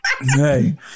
Hey